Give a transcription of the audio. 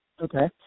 Okay